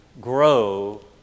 grow